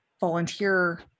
volunteer